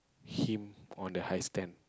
him on the high stand